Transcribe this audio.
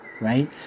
right